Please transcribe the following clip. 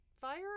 fire